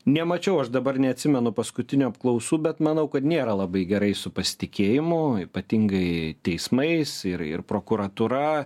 nemačiau aš dabar neatsimenu paskutinių apklausų bet manau kad nėra labai gerai su pasitikėjimu ypatingai teismais ir ir prokuratūra